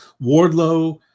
Wardlow